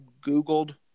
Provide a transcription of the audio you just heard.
Googled